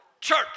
church